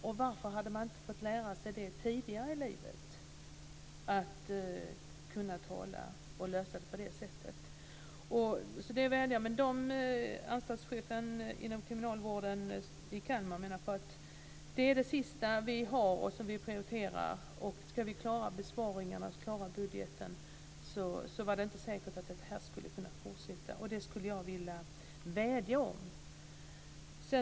De diskuterade varför de inte tidigare i livet hade fått lära sig att tala och lösa problem på det sättet. Anstaltschefen inom kriminalvården i Kalmar menar att det är det sista som de har och som de prioriterar, och om de ska klara besparingarna, budgeten, är det inte säkert att det här kan fortsätta. Jag vädjar om det.